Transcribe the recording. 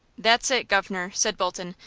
that's it, governor, said bolton,